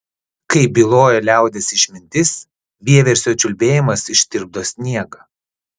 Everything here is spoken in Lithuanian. kaip byloja liaudies išmintis vieversio čiulbėjimas ištirpdo sniegą